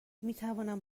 میتوانم